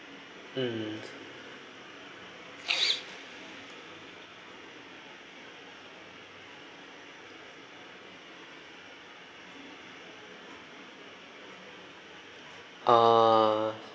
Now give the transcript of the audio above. mm uh